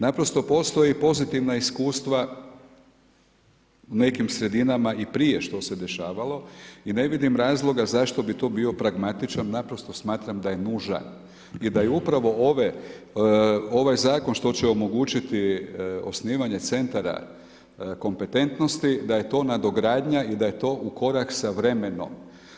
Naprosto postoji i pozitivna iskustva nekim sredinama i prije što se dešavalo i ne vidim razloga zašto bi to bio pragmatičan, naprosto smatram da je nužan i da je upravo ovaj zakon, što će omogućiti osnivanje centara kompetentnosti, da je to nadogradnja i da je to u korak sa vremenom.